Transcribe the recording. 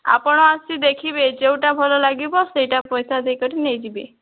ଆପଣ ଆସିକି ଦେଖିବେ ଯେଉଁଟା ଭଲ ଲାଗିବ ସେହିଟା ପଇସା ଦେଇକରି ନେଇଯିବେ